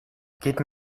geht